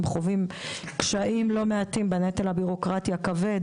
הם חווים קשיים לא מעטים בנטל הבירוקרטי הכבד